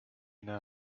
know